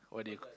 what do you